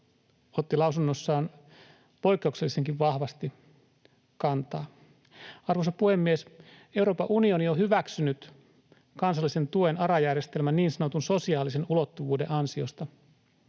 otti lausunnossaan poikkeuksellisenkin vahvasti kantaa. Arvoisa puhemies! Euroopan unioni on hyväksynyt kansallisen tuen ARA-järjestelmän niin sanotun sosiaalisen ulottuvuuden ansiosta.